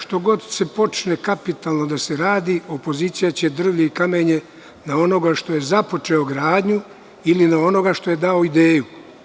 Što god se počne kapitalno da se radi, opozicija će drvlje i kamenje na onoga što je započeo gradnju, ili na onoga što je dao ideju.